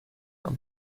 خورد